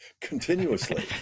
continuously